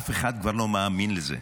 אף אחד כבר לא מאמין לזה.